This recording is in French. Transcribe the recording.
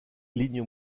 ligne